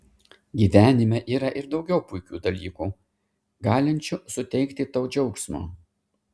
gyvenime yra ir daugiau puikių dalykų galinčių suteikti tau džiaugsmo